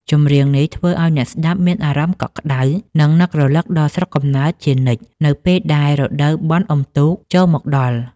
ចម្រៀងនេះ ធ្វើឱ្យអ្នកស្ដាប់មានអារម្មណ៍កក់ក្តៅ និងនឹករលឹកដល់ស្រុកកំណើតជានិច្ចនៅពេលដែលរដូវបុណ្យអុំទូកចូលមកដល់។